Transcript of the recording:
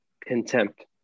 contempt